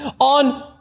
on